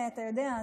אתה יודע,